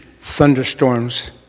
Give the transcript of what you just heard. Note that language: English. thunderstorms